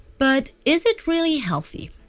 but is it really healthy?